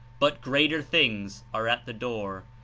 but greater things are at the door.